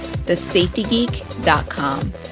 thesafetygeek.com